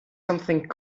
something